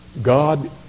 God